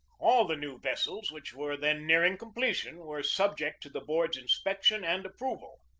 all the new vessels which were then nearing completion were sub ject to the board's inspection and approval.